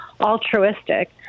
altruistic